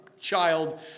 child